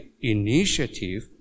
initiative